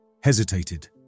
hesitated